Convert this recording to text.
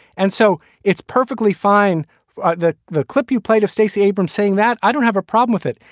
and so it's perfectly fine that the clip you played of stacey abrams saying that i don't have a problem with it.